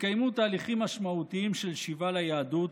התקיימו תהליכים משמעותיים של שיבה ליהדות,